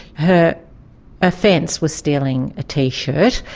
her offence was stealing a t-shirt,